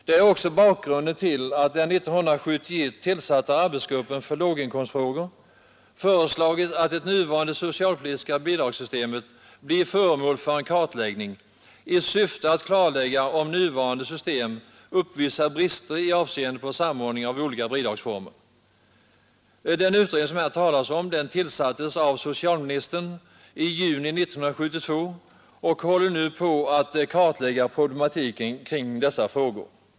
Detta är också bakgrunden till att den år 1971 tillsatta arbetsgruppen för låginkomstfrågor föreslagit att det nuvarande socialpolitiska bidragssystemet skall bli föremål för en kartläggning i syfte att klarlägga, om nuvarande system uppvisar brister i avseende på samordning av olika bidragsformer. Den utredning som det här talas om tillsattes av socialministern i juni 1972 och håller nu på att kartlägga problemen kring dessa frågor.